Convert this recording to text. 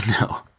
No